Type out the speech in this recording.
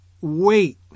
wait